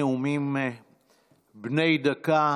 נאומים בני דקה